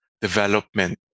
development